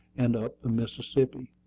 and up the mississippi.